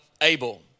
Abel